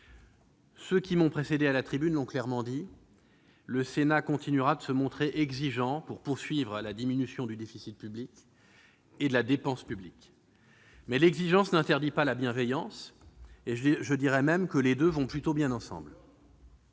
Ceux qui m'ont précédé à la tribune l'ont clairement dit, le Sénat continuera de se montrer exigeant pour poursuivre la diminution du déficit public et de la dépense publique. Toutefois, l'exigence n'interdit pas la bienveillance- et je dirais même que les deux vont plutôt bien ensemble.